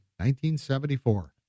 1974